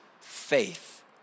faith